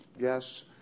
yes